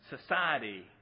Society